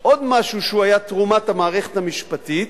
עוד משהו שהיה תרומת המערכת המשפטית,